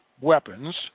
weapons